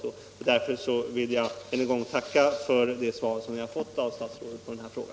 statlig upphandling Därför vill jag än en gång tacka statsrådet för det svar jag fått på av råolja m.m. min fråga.